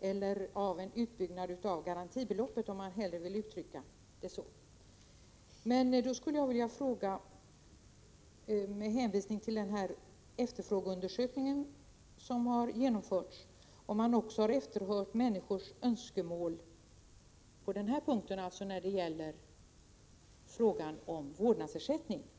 eller av en utbyggnad av garantibeloppet, om han hellre vill uttrycka det så. Med hänvisning till den efterfrågeundersökning som har genomförts skulle jag vilja fråga om man också har efterhört människors önskemål rörande vårdnadsersättning.